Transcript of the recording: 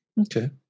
Okay